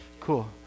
Cool